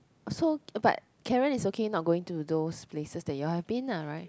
so but Karen is okay not going to those places that you all have been ah [right]